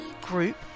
group